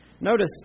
Notice